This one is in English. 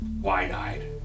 wide-eyed